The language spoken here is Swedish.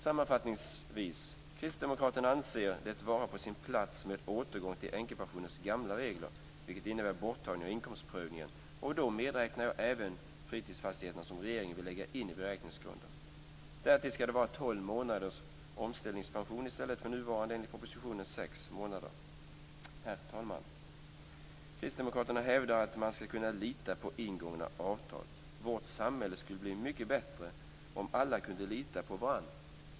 Sammanfattningsvis anser Kristdemokraterna det vara på sin plats med återgång till änkepensionens gamla regler, vilket innebär borttagning av inkomstprövning. Då medräknar jag även fritidsfastigheter, som regeringen vill lägga in i beräkningsgrunden. Därtill skall det vara tolv månaders omställningspension i stället för nuvarande - liksom enligt propositionen - sex månader. Herr Talman! Kristdemokraterna hävdar att man skall kunna lita på ingångna avtal. Vårt samhälle skulle bli mycket bättre om alla kunde lita på varandra.